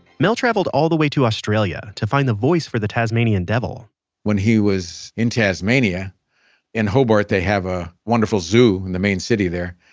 mel traveled all the way to australia to find the voice for the tasmanian devil when he was in tasmania in hobart, they have a wonderful zoo in the main city there.